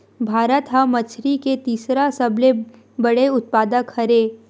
भारत हा मछरी के तीसरा सबले बड़े उत्पादक हरे